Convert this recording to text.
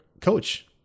coach